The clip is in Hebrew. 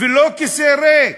ולא כיסא ריק.